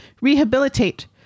rehabilitate